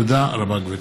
תודה רבה, גברתי.